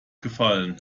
gefallen